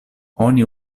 oni